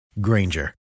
Granger